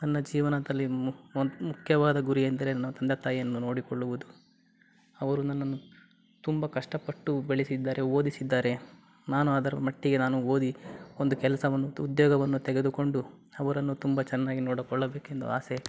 ನನ್ನ ಜೀವನದಲ್ಲಿ ಮುಕ್ ಒಂದು ಮುಖ್ಯವಾದ ಗುರಿ ಎಂದರೆ ನನ್ನ ತಂದೆ ತಾಯಿಯನ್ನು ನೋಡಿಕೊಳ್ಳುವುದು ಅವರು ನನ್ನನ್ನು ತುಂಬ ಕಷ್ಟಪಟ್ಟು ಬೆಳೆಸಿದ್ದಾರೆ ಓದಿಸಿದ್ದಾರೆ ನಾನು ಅದರ ಮಟ್ಟಿಗೆ ನಾನು ಓದಿ ಒಂದು ಕೆಲಸವನ್ನು ತ್ ಉದ್ಯೋಗವನ್ನು ತೆಗೆದುಕೊಂಡು ಅವರನ್ನು ತುಂಬ ಚೆನ್ನಾಗಿ ನೋಡಕೊಳ್ಳಬೇಕೆಂದು ಆಸೆ